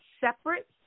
separate